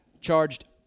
charged